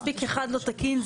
רז, זה היה לבקשתכם התיקון הזה.